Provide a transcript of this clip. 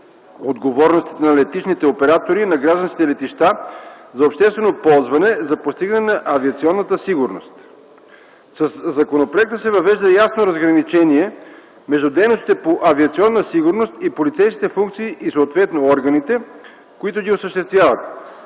отговорностите на летищните оператори на гражданските летища за обществено ползване за постигане на авиационната сигурност. Със законопроекта се въвежда ясно разграничение между дейностите по авиационна сигурност и полицейските функции и съответно органите, които ги осъществяват